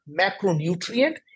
macronutrient